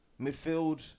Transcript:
Midfield